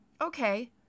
okay